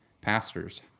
pastors